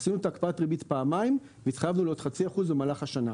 עשינו את הקפאת הריבית פעמיים והתחייבנו לעוד 0.5% במהלך השנה.